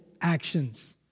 actions